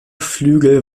flügel